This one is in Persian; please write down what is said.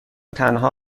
تنها